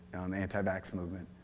on the anti-vax movement.